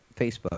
Facebook